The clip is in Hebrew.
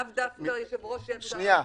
לאו דווקא יושב-ראש --- סליחה,